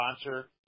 sponsor